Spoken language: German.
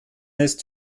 ist